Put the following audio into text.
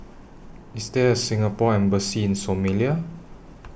IS There A Singapore Embassy in Somalia